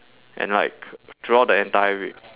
and like throughout the entire week